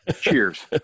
Cheers